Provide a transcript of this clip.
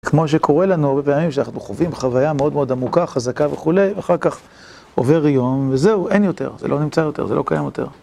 כמו שקורה לנו הרבה פעמים כשאנחנו חווים חוויה מאוד מאוד עמוקה, חזקה וכולי, אחר כך עובר יום, וזהו, אין יותר, זה לא נמצא יותר, זה לא קיים יותר.